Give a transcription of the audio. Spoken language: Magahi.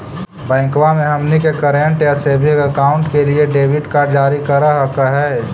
बैंकवा मे हमनी के करेंट या सेविंग अकाउंट के लिए डेबिट कार्ड जारी कर हकै है?